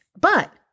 But-